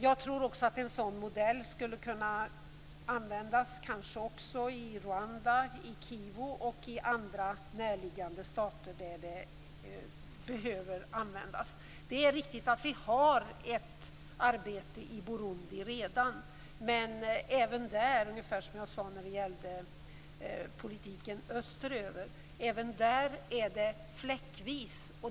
Jag tror också att en sådan modell skulle kunna användas kanske också i Rwanda i Kivu och i andra närliggande stater där den behöver användas. Det är riktigt att vi redan har ett arbete i Burundi. Men även där, ungefär som jag sade när det gällde politiken österöver, är det fläckvis.